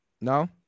No